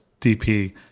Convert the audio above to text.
DP